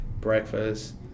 breakfast